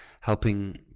helping